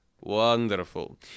Wonderful